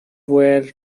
were